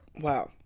Wow